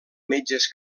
metges